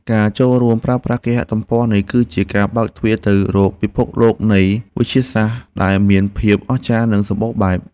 ការចូលរួមប្រើប្រាស់គេហទំព័រនេះ គឺជាការបើកទ្វារទៅរកពិភពលោកនៃវិទ្យាសាស្ត្រដែលមានភាពអស្ចារ្យនិងសម្បូរបែប។